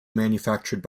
manufactured